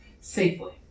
safely